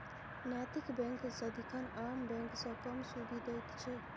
नैतिक बैंक सदिखन आम बैंक सँ कम सुदि दैत छै